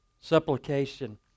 supplication